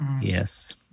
Yes